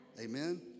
Amen